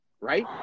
right